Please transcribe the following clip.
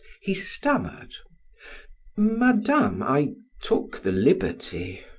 he stammered madame, i took the liberty.